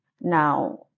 now